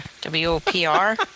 W-O-P-R